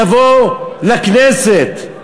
יבוא לכנסת?